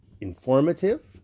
informative